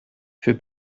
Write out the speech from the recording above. für